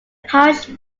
parish